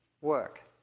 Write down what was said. work